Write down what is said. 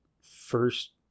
first